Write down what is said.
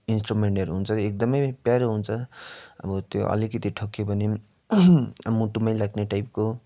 इन्स्ट्रुमेन्टहरू हुन्छ एकदम प्यारो हुन्छ अब त्यो अलिकति ठोक्कियो भने मुटुमा लाग्ने टाइपको